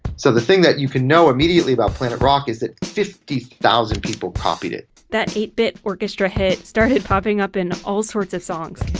so the thing that you can know immediately about planet rock is that fifty thousand people copied it. that eight bit orchestra hit started popping up in all sorts of songs.